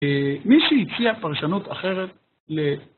מי שהציע פרשנות אחרת ל...